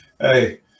Hey